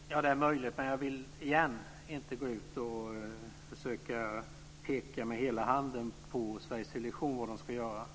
Fru talman! Det är möjligt att det finns. Men jag vill återigen inte försöka att peka med hela handen för Sveriges Television och säga vad man ska göra.